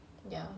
ya